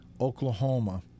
Oklahoma